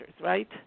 right